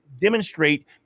demonstrate